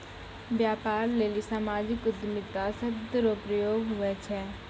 व्यापार लेली सामाजिक उद्यमिता शब्द रो प्रयोग हुवै छै